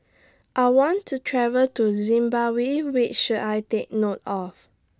I want to travel to Zimbabwe We should I Take note of